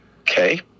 Okay